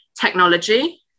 technology